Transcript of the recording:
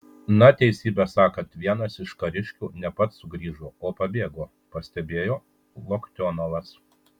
na teisybę sakant vienas iš kariškių ne pats sugrįžo o pabėgo pastebėjo loktionovas